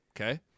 Okay